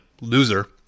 loser